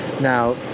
Now